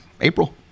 April